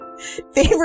Favorite